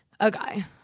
Okay